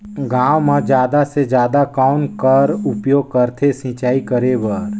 गांव म जादा से जादा कौन कर उपयोग करथे सिंचाई करे बर?